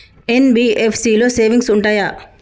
NBFC లో savings ఉంటయా?